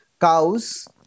cows